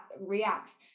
reacts